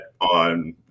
on